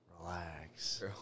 relax